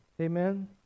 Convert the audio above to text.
Amen